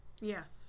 Yes